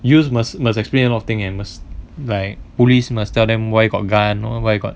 use must must explain a lot of thing and was like police must tell them why got gun or what you got